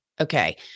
Okay